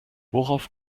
worauf